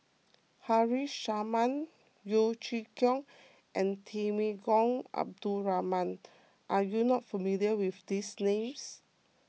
Haresh Sharma Yeo Chee Kiong and Temenggong Abdul Rahman are you not familiar with these names